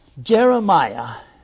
Jeremiah